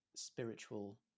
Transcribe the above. spiritual